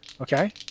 Okay